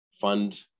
fund